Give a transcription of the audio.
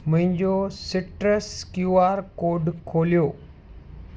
मुंहिजो Citrus Q R code खोलियो